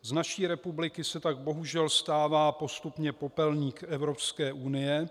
Z naší republiky se tak bohužel stává postupně popelník Evropské unie.